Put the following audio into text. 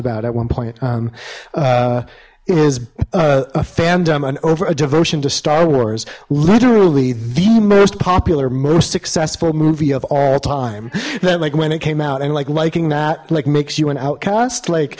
about at one point um is a fandom and over a devotion to star wars literally the most popular most successful movie of all time that like when it came out and like liking that like makes you an outcast like